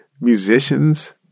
musicians